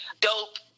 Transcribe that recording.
dope